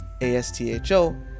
ASTHO